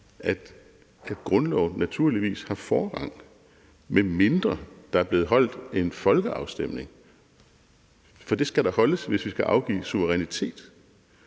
at grundloven naturligvis har forrang, medmindre der er blevet holdt en folkeafstemning, for det skal der holdes, hvis vi skal afgive suverænitet.